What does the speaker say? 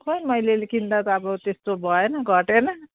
खोइ मैले किन्दा त अब त्यस्तो भएन घटेन